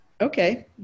Okay